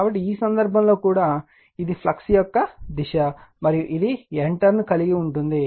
కాబట్టి ఈ సందర్భంలో కూడా ఇది ఫ్లక్స్ యొక్క దిశ మరియు ఇది N టర్న్ కలిగి ఉంది